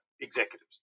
executives